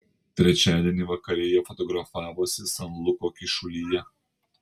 trečiadienį vakare jie fotografavosi san luko kyšulyje